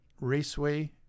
Raceway